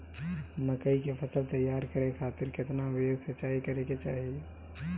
मकई के फसल तैयार करे खातीर केतना बेर सिचाई करे के चाही?